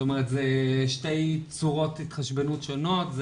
אלה שתי צורות התחשבנות שונות.